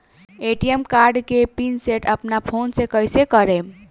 ATM card के pin set अपना phone से कइसे करेम?